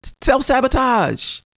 Self-sabotage